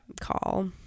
call